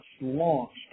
launched